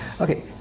okay